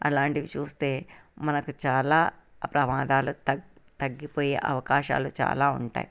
అలాంటివి చూస్తే మనకు చాలా ప్రమాదాలు తగ్గి తగ్గిపోయే అవకాశాలు చాలా ఉంటాయి